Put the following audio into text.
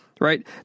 right